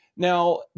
Now